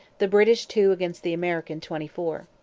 the british two against the american twenty-four.